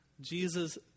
Jesus